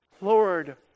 Lord